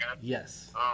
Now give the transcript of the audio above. Yes